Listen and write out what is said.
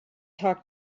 talk